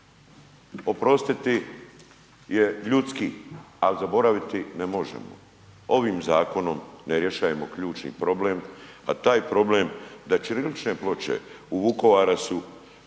Oprostiti je ljudski, ali zaboraviti ne možemo. Ovim zakonom ne rješavamo ključni problem, a taj problem da ćirilične ploče u Vukovara su